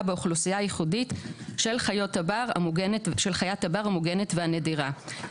באוכלוסייה הייחודית של חיית הבר המוגנת והנדירה.